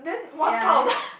ya